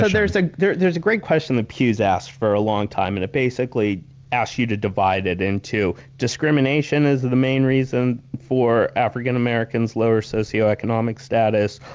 so there's ah there's a great question that pew has asked for a long time, and it basically asks you to divide it into discrimination as the main reason for african-americans' lower socio-economic status,